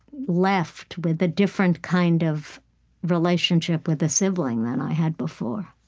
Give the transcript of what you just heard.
left with a different kind of relationship with a sibling than i had before